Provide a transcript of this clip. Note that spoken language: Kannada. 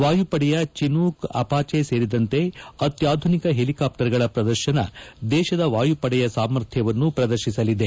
ವಾಯುಪಡೆಯ ಚಿನೂಕ್ ಅಪಾಜೆ ಸೇರಿದಂತೆ ಅತ್ನಾಧುನಿಕ ಹೆಲಿಕಾಪ್ಲರ್ಗಳ ಪ್ರದರ್ಶನ ದೇಶದ ವಾಯುಪಡೆಯ ಸಾಮರ್ಥ್ಯವನ್ನು ಪ್ರದರ್ಶಿಸಲಿದೆ